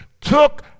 took